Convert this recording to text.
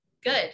Good